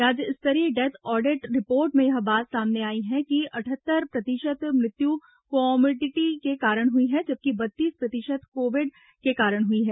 राज्य स्तरीय death audit report में यह बात सामने आई है कि अड़सठ प्रतिशत मृत्यु कोमार्बिडिटी के कारण हुई जबकि बत्तीस प्रतिशत कोविड के कारण हुई है